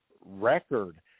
record